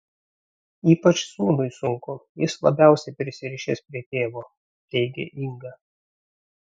ypač sūnui sunku jis labiausiai prisirišęs prie tėvo teigė inga